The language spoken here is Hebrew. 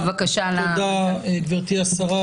תודה, גברתי השרה.